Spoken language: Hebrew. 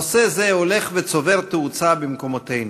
נושא זה הולך וצובר תאוצה במקומותינו.